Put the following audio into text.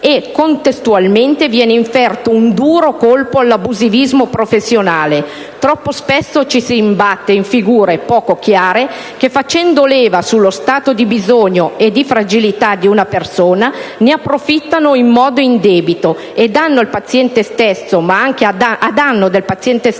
e, contestualmente, viene inferto un duro colpo all'abusivismo professionale: troppo spesso ci si imbatte in figure poco chiare che, facendo leva sullo stato di bisogno e di fragilità del paziente, ne approfittano in modo indebito a danno del paziente stesso, ma anche degli stessi